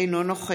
אינו נוכח